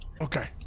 Okay